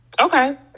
Okay